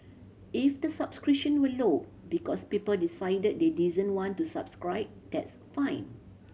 if the subscription were low because people decided they didn't want to subscribe that's fine